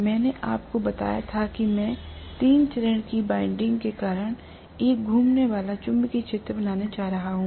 मैंने आपको बताया था कि मैं तीन चरण की वाइंडिंग के कारण एक घूमने वाला चुंबकीय क्षेत्र बनाने जा रहा हूं